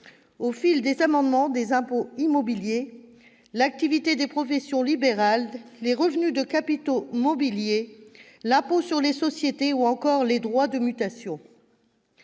au fil des amendements, aux impôts immobiliers, à l'activité des professions libérales, aux revenus de capitaux mobiliers, à l'impôt sur les sociétés ou encore aux droits de mutation.